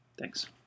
Thanks